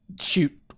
shoot